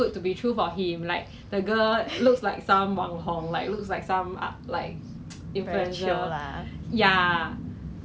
省很多钱 lah because imagine 我 one week 喝三次 right so maybe about one four dollars each